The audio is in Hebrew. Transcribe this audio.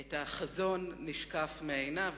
את החזון נשקף מעיניו,